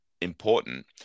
important